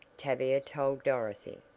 tavia told dorothy.